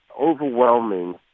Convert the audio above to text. overwhelming